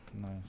Nice